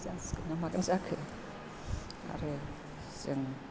जासिगोनना मारै जाखो आरो जों